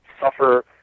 suffer